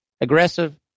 aggressive